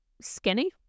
skinny